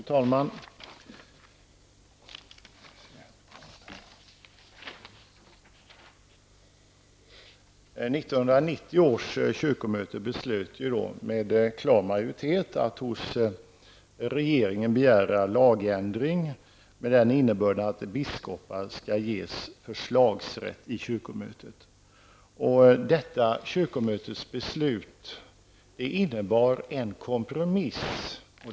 Fru talman! 1990 års kyrkomöte beslöt med klar majoritet att hos regeringen begära en lagändring med innebörden att biskopar ges förslagsrätt i kyrkomötet. Detta kyrkomötesbeslut innebar en kompromiss.